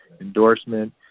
endorsement